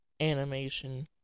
Animation